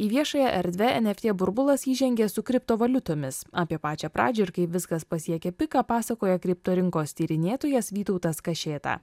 į viešąją erdvę eft burbulas įžengė su kriptovaliutomis apie pačią pradžią ir kai viskas pasiekė piką pasakoja kriptų rinkos tyrinėtojas vytautas kašėta